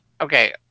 Okay